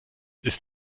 ist